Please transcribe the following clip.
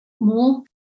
more